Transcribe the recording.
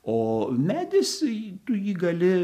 o medis jį tu jį gali